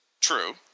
True